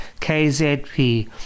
kzp